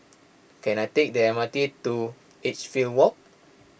can I take the M R T to Edgefield Walk